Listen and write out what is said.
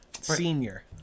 senior